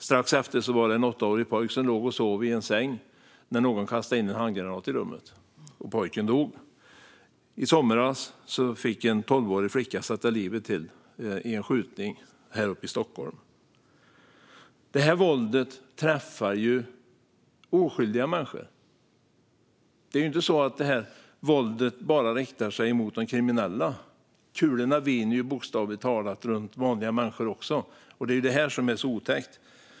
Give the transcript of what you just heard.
Strax därefter var det en åttaårig pojke som låg och sov i sin säng när någon kastade in en handgranat i rummet, och pojken dog. I somras fick en tolvårig flicka sätta livet till i en skjutning här uppe i Stockholm. Det här våldet träffar oskyldiga människor. Det är inte så att det riktar sig bara mot de kriminella. Kulorna viner bokstavligt talat också runt vanliga människor. Det är detta som är så otäckt.